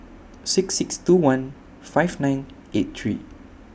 six six two one five nine eight three